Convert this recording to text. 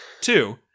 Two